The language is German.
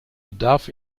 bedarf